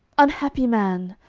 unhappy man!